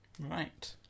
right